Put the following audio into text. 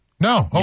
No